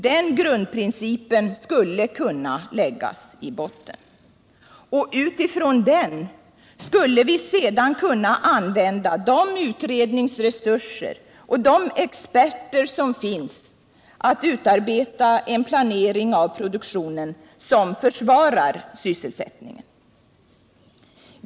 Den grundprincipen skulle kunna läggas i botten, och utifrån den skulle vi sedan kunna använda de utredningsresurser och de experter som finns för att planera en produktion som försvarar sysselsättningen.